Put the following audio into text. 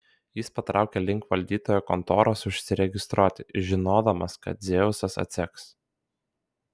jis patraukė link valdytojo kontoros užsiregistruoti žinodamas kad dzeusas atseks